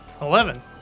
Eleven